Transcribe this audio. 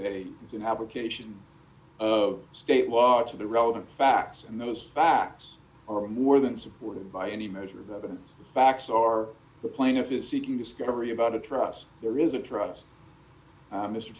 is an application of state law to the relevant facts and those facts are more than supported by any measure of evidence facts are the plaintiff is seeking discovery about a trust there is a trust